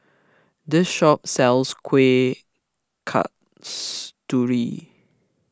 this shop sells Kueh Kasturi